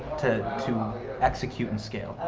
to to execute and scale.